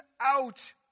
out